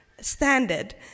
standard